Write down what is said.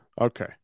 Okay